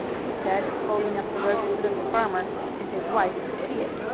he said, holding up the rope so that the farmer and his wife could see it.